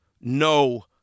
no